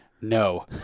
no